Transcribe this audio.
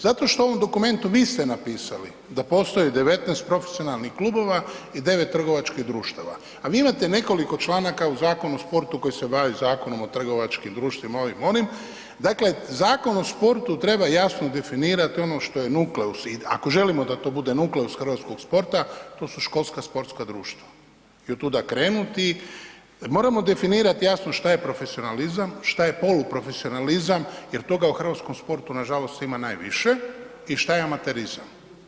Zato što u ovom dokumentu vi ste napisali da postoji 19 profesionalnih klubova i 9 trgovačkih društava a vi imate nekoliko članaka u Zakonu o sportu koji se bavi Zakonom o trgovačkim društvima ovim, onim, dakle Zakon o sportu treba jasno definirati ono što je nukleus i ako želimo da to bude nukleus hrvatskog sporta, to su školska sportska društva i otuda krenuti jer moramo definirati jasno što je profesionalizam, što je poluprofesionalizam jer toga u hrvatskom sportu, nažalost ima najviše i što je amaterizam.